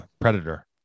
Predator